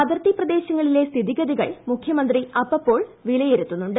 അതിർത്തി പ്രദേശങ്ങളിലെ സ്ഥിതിഗതികൾ മുഖ്യമന്ത്രി അപ്പപ്പോൾ വിലയിരുത്തുന്നുണ്ട്